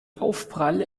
aufprall